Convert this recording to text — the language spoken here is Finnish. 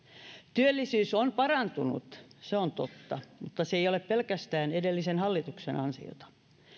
työllisyys on parantunut se on totta mutta se ei ei ole pelkästään edellisen hallituksen ansiota